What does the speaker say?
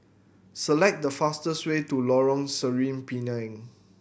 select the fastest way to Lorong Sireh Pinang